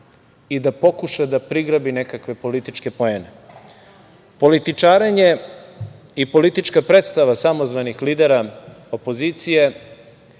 i da pokuša da prigrabi nekakve političke poene. Političarenje i politička predstava samozvanih lidera opozicije